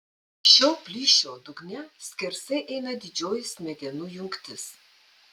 šio plyšio dugne skersai eina didžioji smegenų jungtis